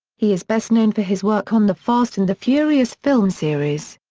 he is best known for his work on the fast and the furious film series.